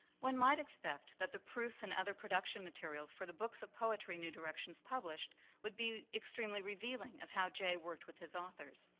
one might expect that the proofs and other production materials for the books of poetry new directions published would be extremely revealing of how jay worked with his authors.